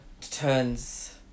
turns